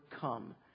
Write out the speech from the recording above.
come